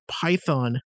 python